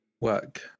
work